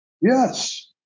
yes